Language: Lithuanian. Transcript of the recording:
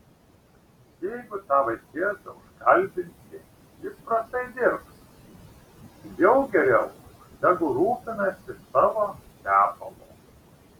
jeigu tą vaikėzą užkalbinsi jis prastai dirbs jau geriau tegu rūpinasi savo tepalu